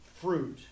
fruit